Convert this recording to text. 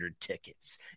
tickets